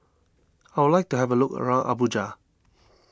I would like to have a look around Abuja